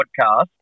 podcast